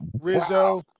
Rizzo